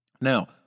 Now